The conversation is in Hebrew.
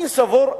אני סבור,